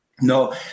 No